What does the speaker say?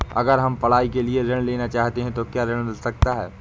अगर हम पढ़ाई के लिए ऋण लेना चाहते हैं तो क्या ऋण मिल सकता है?